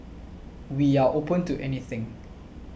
we are open to anything